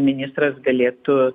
ministras galėtų